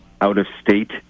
out-of-state